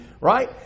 right